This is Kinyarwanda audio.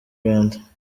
rwanda